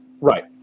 Right